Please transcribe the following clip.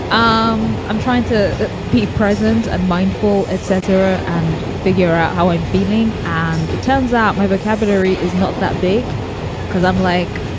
um i'm trying to be present and mindful, et cetera, and figure out how i'm feeling. and it turns out my vocabulary is not that big because i'm like,